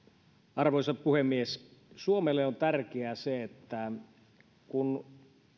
arvoisa puhemies suomelle on tärkeää se että kun